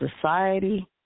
society